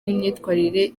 n’imyitwarire